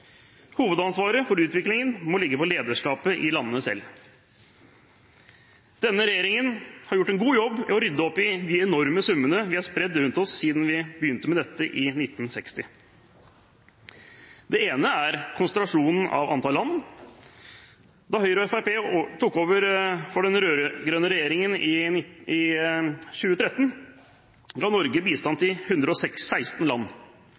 Hovedansvaret for utviklingen må ligge på lederskapet i landene selv. Denne regjeringen har gjort en god jobb for å rydde opp i de enorme summene vi har spredt rundt oss siden vi begynte med dette i 1960. Det ene er konsentrasjonen av antall land. Da Høyre og Fremskrittspartiet tok over for den rød-grønne regjeringen i 2013, ga Norge bistand til 116 land.